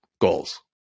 goals